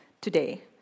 today